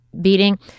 beating